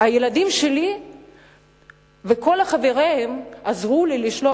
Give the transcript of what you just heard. הילדים שלי וכל חבריהם עזרו לי לשלוח,